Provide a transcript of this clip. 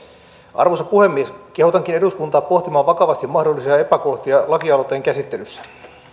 arvoisa puhemies kehotankin eduskuntaa pohtimaan vakavasti mahdollisia epäkohtia lakialoitteen käsittelyssä